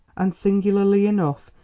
and singularly enough,